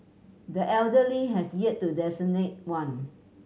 the elder Lee has yet to designate one